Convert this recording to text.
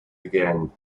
again